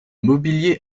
mobilier